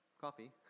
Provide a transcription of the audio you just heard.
coffee